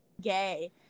gay